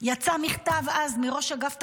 יצא אז מכתב מראש אגף תקציבים,